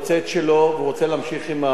הוא רוצה להמשיך עם אותו כיסא,